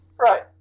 Right